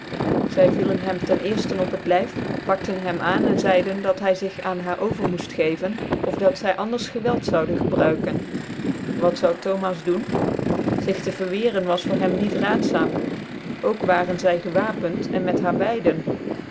zy ticlen hem ten cerften qp het lyf pakte hem aan en zeiden dat hy zig aan haar over moeft geven of dat zy anders gcwelt zouden gebruiken wat zoude thomas doen zig tc vcrwccrcn was voor hem niet raatzaam ook waren zy gewapent en met haar